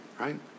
Right